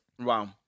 Wow